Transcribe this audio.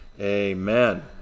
Amen